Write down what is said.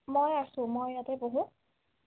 মই আছো মই ইয়াতে বহো